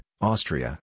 Austria